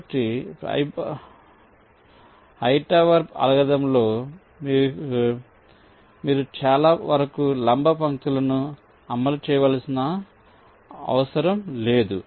కాబట్టి హైటవర్ అల్గోరిథంలో మీరు చాలా వరకు లంబ పంక్తులను అమలు చేయనవసరం లేదు